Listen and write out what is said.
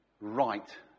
right